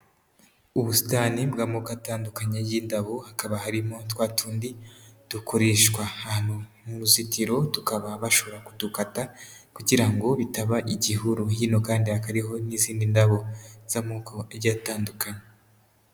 Ubusitani bw'amoko atandukanye y'indabo, hakaba harimo twa tundi dukoreshwa ahantu mu ruzitiro tukaba bashobora kudukata kugira ngo bitaba igihuru, hino kandi hakaba hariho n'izindi ndabo z'amoko agiye atandukanye.